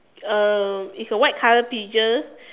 uh it's a white color pigeon